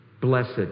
Blessed